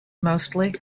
mostly